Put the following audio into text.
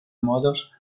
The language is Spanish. modos